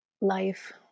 life